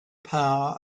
power